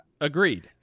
Agreed